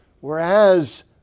Whereas